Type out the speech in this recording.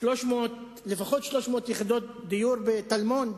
לפחות 300 יחידות דיור בטלמון.